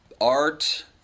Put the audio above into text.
Art